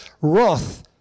wrath